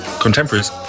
contemporaries